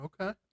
Okay